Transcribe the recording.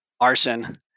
arson